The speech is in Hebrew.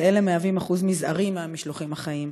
ואלה מהווים אחוז זעיר מהמשלוחים החיים.